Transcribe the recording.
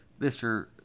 Mr